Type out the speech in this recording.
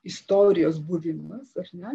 istorijos buvimas ar ne